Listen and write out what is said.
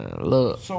Look